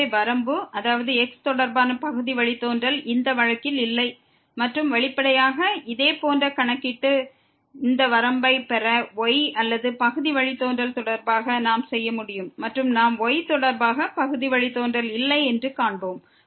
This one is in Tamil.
எனவே வரம்பு அதாவது x தொடர்பான பகுதி வழித்தோன்றல் இந்த வழக்கில் இல்லை மற்றும் வெளிப்படையாக இதே போன்ற கணக்கிட்டு இந்த வரம்பைப் பெற y அல்லது பகுதி வழித்தோன்றல் தொடர்பாக நாம் செய்ய முடியும் மற்றும் நாம் y தொடர்பாக பகுதி வழித்தோன்றல் இல்லை என்று காண்போம்